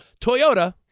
Toyota